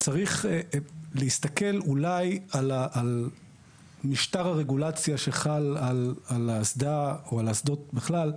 צריך להסתכל אולי על משטר הרגולציה שחל על האסדה או על האסדות בכלל,